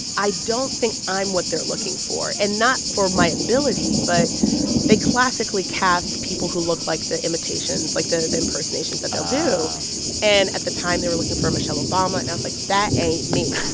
i don't think i'm what they're looking for and not for my ability. but they classically cast people who look like the imitations, like the the impersonations that they'll do oh and at the time, they were looking for a michelle obama. and i was, like, that ain't me.